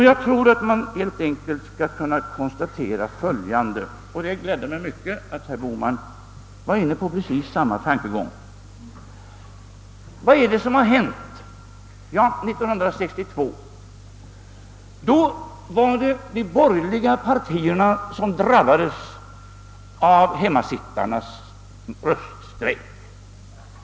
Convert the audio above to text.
Jag tror att man helt enkelt kan konstatera följande — och det gladde mig att herr Bohman var inne på samma tankegång: år 1962 drabbades de borgerliga partierna av hemmasittarnas röststrejk.